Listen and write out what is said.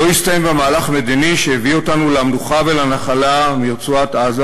לא הסתיים במהלך מדיני שהביא אותנו למנוחה ולנחלה מרצועת-עזה,